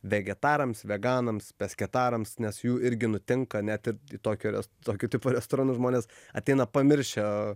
vegetarams veganams pesketarams nes jų irgi nutinka net ir tokio res tokio tipo restoranus žmonės ateina pamiršę